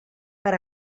per